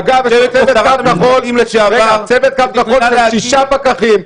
אגב, יש לו צוות קו כחול שהם שישה פקחים.